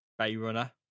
Bayrunner